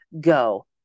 go